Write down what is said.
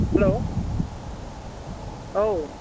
hello औ